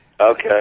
Okay